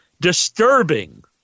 disturbing